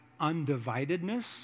undividedness